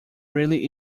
really